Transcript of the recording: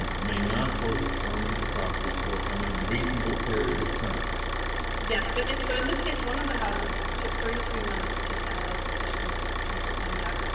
may not hold on to the property for an unreasonable period of time? harrington yes. but it so, in this case, one of the houses it took thirty three months to sell, as the petitioner's counsel pointed out.